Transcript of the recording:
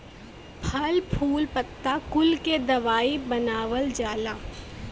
फल फूल पत्ता कुल के दवाई बनावल जाला